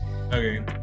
okay